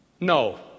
No